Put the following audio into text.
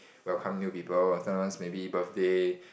welcome new people sometimes maybe birthday